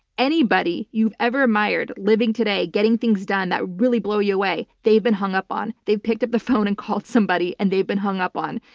anybody you've ever admired living today, getting things done that really blow you away, they've been hung up on. they've picked up the phone and called somebody and they've been hung up on.